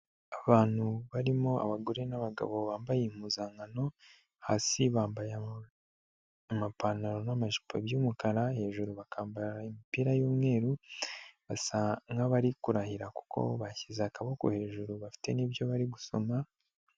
Abantu barimo abagore n'abagabo bambaye impuzankano, hasi bambaye amapantaro n'amajipo by'umukara, hejuru bakambara imipira y'umweru, basa nkabari kurahira kuko bashyize akaboko hejuru, bafite nibyo bari gusoma.